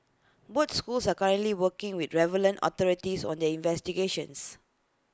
both schools are currently working with relevant authorities on their investigations